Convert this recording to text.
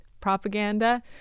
propaganda